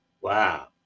Wow